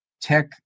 tech